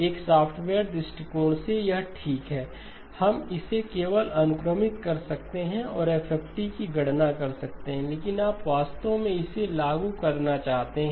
एक सॉफ्टवेयर दृष्टिकोण से यह ठीक है हम इसे केवल अनुक्रमित कर सकते हैं और FFT की गणना कर सकते हैं लेकिन आप वास्तव में इसे लागू करना चाहते हैं